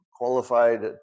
qualified